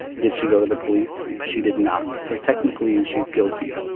did she go to the police? she did not. so, technically, she's guilty,